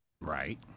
right